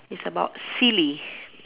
it's about silly